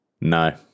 No